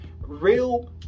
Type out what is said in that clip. Real